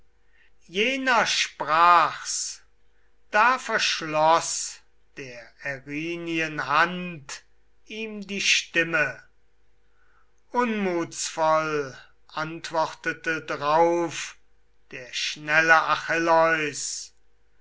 jener sprach's da verschloß der erinnyen hand ihm die stimme unmutsvoll antwortete drauf der schnelle